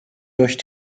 durch